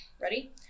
ready